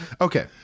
Okay